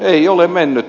ei ole mennyt